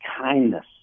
kindness